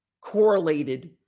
correlated